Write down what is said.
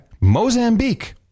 Mozambique